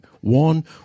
One